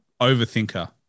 overthinker